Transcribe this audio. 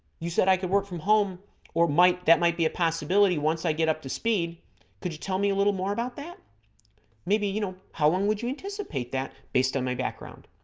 you said i could work from home or might that might be a possibility once i get up to speed could you tell me a little more about that maybe you know how long would you anticipate that based on my background